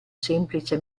semplice